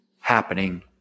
happening